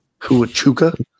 Huachuca